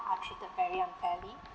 are treated very unfairly